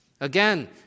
Again